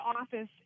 office